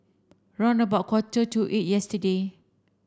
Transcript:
round about quarter to eight yesterday